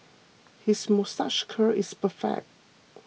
his moustache curl is perfect